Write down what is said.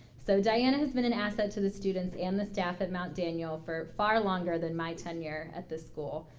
so diana has been an asset to the students and the staff at mount daniel for far longer than my tenure at the school.